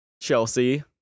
Chelsea